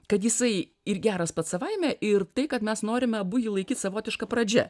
kad jisai ir geras pats savaime ir tai kad mes norime abu jį laikyt savotiška pradžia